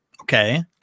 Okay